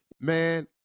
Man